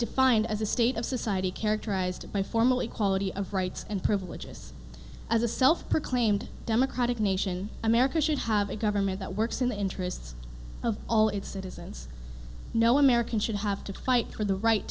defined as a state of society characterized by formally quality of rights and privileges as a self proclaimed democratic nation america should have a government that works in the interests of all its citizens no american should have to fight for the right